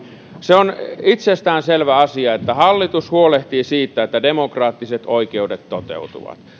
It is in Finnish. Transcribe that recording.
se on itsestään selvä asia että hallitus huolehtii siitä että demokraattiset oikeudet toteutuvat